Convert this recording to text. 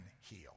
heal